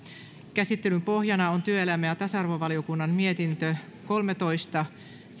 käsittelyn pohjana on työelämä ja tasa arvovaliokunnan mietintö kolmetoista